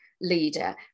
leader